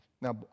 Now